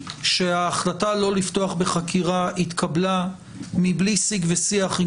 שההחלטה לא לפתוח בחקירה התקבלה מבלי שיג ושיח עם